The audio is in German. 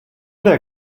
der